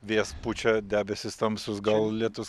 vėjas pučia debesys tamsūs gal lietus